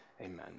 Amen